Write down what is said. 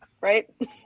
Right